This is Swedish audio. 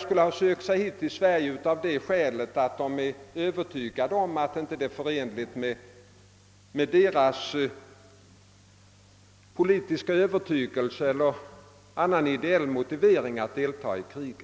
skulle ha sökt sig till Sverige av det skälet att det inte står i överensstämmelse med deras politiska övertygelse eller annan ideell inställning att delta i krig.